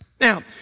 Now